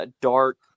dark